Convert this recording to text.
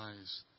eyes